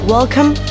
Welcome